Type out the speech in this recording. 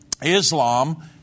Islam